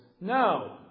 No